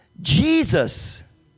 Jesus